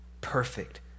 perfect